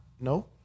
no